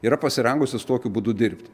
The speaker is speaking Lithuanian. yra pasirengusios tokiu būdu dirbt